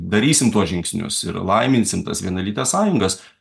darysim tuos žingsnius ir laiminsim tas vienalytes sąjungas